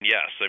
Yes